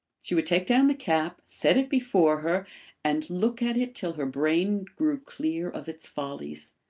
she would take down the cap, set it before her and look at it till her brain grew clear of its follies.